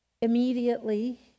immediately